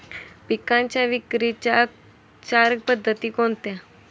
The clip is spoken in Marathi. पिकांच्या विक्रीच्या चार पद्धती कोणत्या?